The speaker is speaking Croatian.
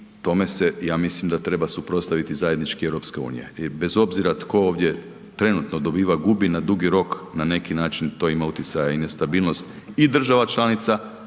tome se ja mislim da treba suprotstaviti zajednički EU. I bez obzira tko ovdje trenutno dobiva, gubi na dugi rok na neki način to ima utjecaja i nestabilnost i država članica